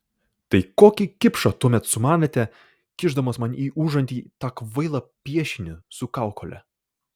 tai kokį kipšą tuomet sumanėte kišdamas man į užantį tą kvailą piešinį su kaukole